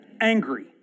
Angry